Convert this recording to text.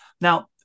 Now